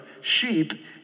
sheep